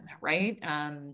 right